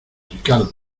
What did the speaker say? ricardo